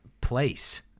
place